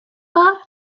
for